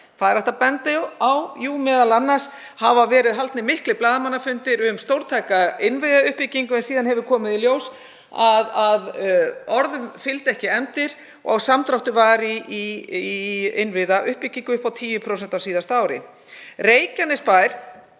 hægt að benda á? Jú, m.a. hafa verið haldnir miklir blaðamannafundir um stórtæka innviðauppbyggingu en síðan hefur komið í ljós að orðum fylgdu ekki efndir. Samdráttur var í innviðauppbyggingu upp á 10% á síðasta ári. Reykjanesbær